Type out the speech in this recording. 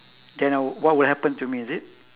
then I woul~ what would happen to me is it